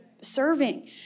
serving